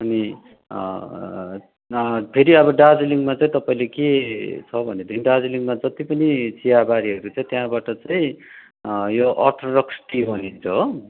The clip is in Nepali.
अनि फेरि अब दार्जिलिङमा चाहिँ तपाईँले के छ भनेदेखि दार्जिलिङमा जति पनि चियाबारीहरू छ त्यहाँबाट चाहिँ यो अर्थडक्स टी बनिन्छ हो